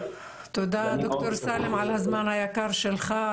תודה דוקטור סאלם על הזמן היקר שלך,